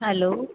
hello